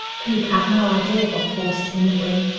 people have no idea what force is in the wind.